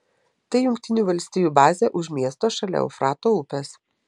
tai jungtinių valstijų bazė už miesto šalia eufrato upės